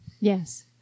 yes